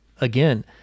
again